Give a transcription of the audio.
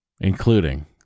including